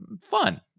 fun